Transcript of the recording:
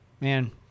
Man